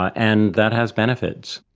and that has benefits.